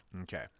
Okay